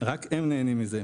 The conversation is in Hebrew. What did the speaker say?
רק הם נהנים מזה.